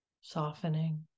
softening